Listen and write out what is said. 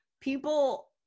people